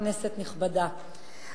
כנסת נכבדה,